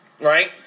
Right